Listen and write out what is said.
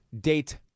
date